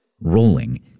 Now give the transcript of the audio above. Rolling